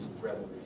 revelry